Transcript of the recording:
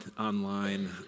online